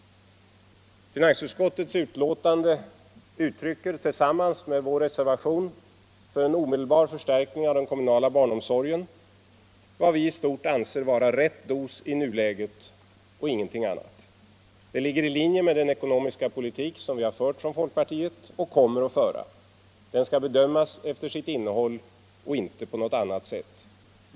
Finansutskottets betänkande uttrycker, tillsammans med vår reservation för en omedelbar förstärkning av den kommunala barnomsorgen, vad vi i stort anser vara rätt dos i nuläget och ingenting annat. Det ligger i linje med den ekonomiska politik vi från folkpartiet fört och kommer att föra. Den skall bedömas efter sitt innehåll och inte på något annat sätt.